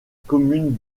commune